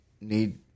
need